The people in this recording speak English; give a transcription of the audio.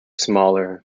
smaller